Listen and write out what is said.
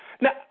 Now